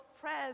prayers